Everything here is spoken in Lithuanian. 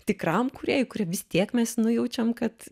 tikram kūrėjui kurį vis tiek mes nujaučiam kad